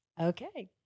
Okay